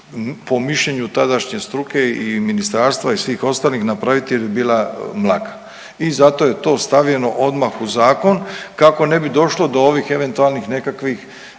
po mišljenju tadašnje struke i ministarstva i svih ostalih napraviti je bila Mlaka i zato je to stavljeno odmah u zakon kako ne bi došlo do ovih eventualnih nekakvih